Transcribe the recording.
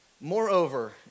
Moreover